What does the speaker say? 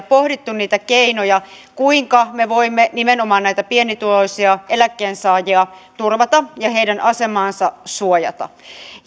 pohdittu niitä keinoja kuinka me voimme nimenomaan pienituloisia eläkkeensaajia turvata ja heidän asemaansa suojata